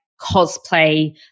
cosplay